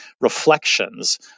reflections